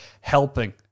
helping